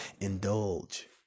indulge